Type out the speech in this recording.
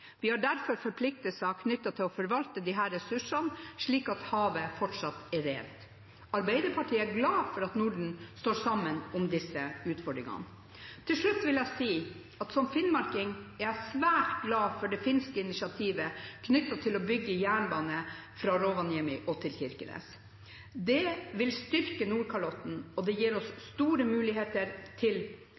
vi har derfor forpliktelser knyttet til å forvalte disse ressursene slik at havet fortsatt er rent. Arbeiderpartiet er glad for at Norden står sammen om disse utfordringene. Til slutt vil jeg si at som finnmarking er jeg svært glad for det finske initiativet knyttet til å bygge jernbane fra Rovaniemi til Kirkenes. Det vil styrke Nordkalotten, det gir oss store muligheter til